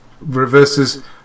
reverses